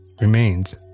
remains